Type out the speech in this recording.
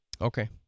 Okay